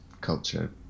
culture